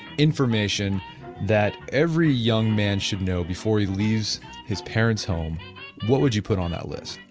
information that every young man should know before he leaves his parents home what would you put on that list?